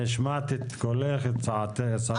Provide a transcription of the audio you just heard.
השמעת את קולך, את צעקתך.